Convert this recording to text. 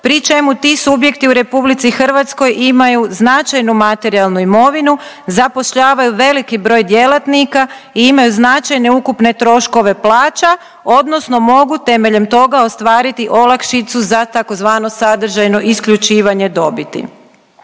pri čemu ti subjekti u RH imaju značajnu materijalnu imovinu, zapošljavaju veliki broj djelatnika i imaju značajne ukupne troškove plaća, odnosno mogu temeljem toga ostvariti olakšicu za tzv. sadržajno isključivanje dobiti.